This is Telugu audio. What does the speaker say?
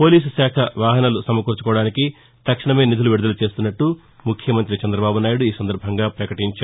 పోలీస్కాఖ వాహనాలు సమకూర్చుకోవడానికి తక్షణమే నిధులు విడుదల చేస్తున్నట్లు ముఖ్యమంత్రి చంద్రబాబు నాయుడు ఈ సందర్భంగా పకటించారు